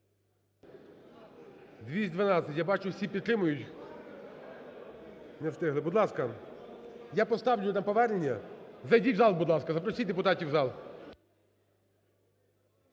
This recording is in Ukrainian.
212. Я бачу, всі підтримують. Не встигли. Будь ласка, я поставлю на повернення. Зайдіть в зал, будь ласка, запросіть депутатів в зал.